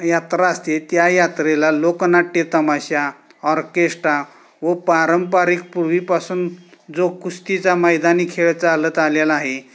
यात्रा असते त्या यात्रेला लोकनाट्य तमाशा ऑर्केस्टा व पारंपरिक पूर्वीपासून जो कुस्तीचा मैदानी खेळ चालत आलेला आहे